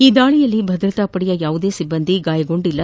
ಈ ದಾಳಿಯಲ್ಲಿ ಭದ್ರತಾಪಡೆಯ ಯಾವುದೇ ಸಿಬ್ಲಂದಿಯೂ ಗಾಯಗೊಂಡಿಲ್ಲ